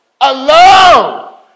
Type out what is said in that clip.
alone